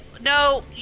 no